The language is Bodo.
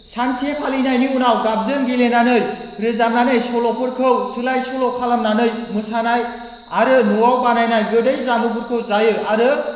सानसे फालिनायनि उनाव गाबजों गेलेनानै रोजाबनानै सल'फोरखौ सोलाय सोल' खालामनानै मोसानाय आरो न'आव बानायनाय गोदै जामुंफोरखौ जायो आरो